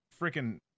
freaking